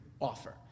offer